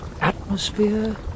atmosphere